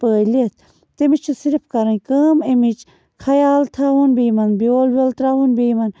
پٲلِتھ تٔمس چھِ صِرف کَرٕنۍ کٲم اَمِچ خیال تھاوُن بیٚیہِ یِمن بیول ویول ترٛاوُن بیٚیہِ یِمن